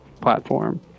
platform